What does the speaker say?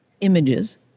images